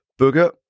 Booger